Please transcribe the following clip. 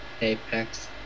Apex